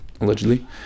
allegedly